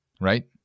Right